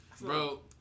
Bro